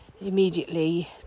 immediately